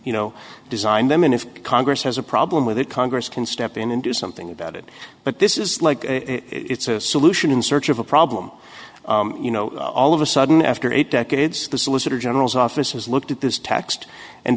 you know design them and if congress has a problem with it congress can step in and do something about it but this is like it's a solution in search of a problem you know all of a sudden after eight decades the solicitor general's office has looked at this text and